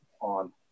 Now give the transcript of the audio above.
on